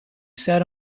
sat